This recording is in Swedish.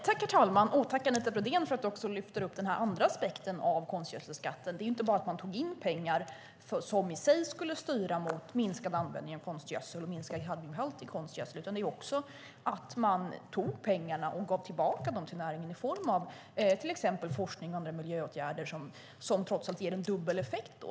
Herr talman! Jag tackar Anita Brodén för att hon också lyfter fram den andra aspekten av konstgödselskatten. Denna skatt innebar inte bara att man tog in pengar som i sig skulle styra mot minskad användning av konstgödsel och en minskad kadmiumhalt i konstgödsel. Den innebar också att man tog pengarna och gav tillbaka dem till näringen i form av till exempel forskning och andra miljöåtgärder som trots allt ger en dubbel effekt.